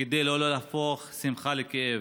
כדי שלא להפוך שמחה לכאב,